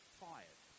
fired